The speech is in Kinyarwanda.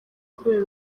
kubera